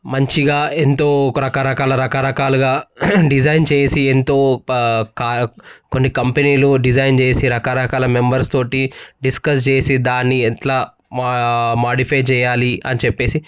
మంచిగా ఎంతో ఒక రకరక రకరకాలుగా డిజైన్ చేసి ఎంతో కొన్ని కంపెనీలు డిజైన్ చేసి రకరకాలు మెంబర్స్ తో డిస్కస్ చేసి దాన్ని ఎట్లా మా మాడిఫై చేయాలి అని చెప్పి